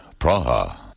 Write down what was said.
Praha